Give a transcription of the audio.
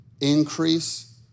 increase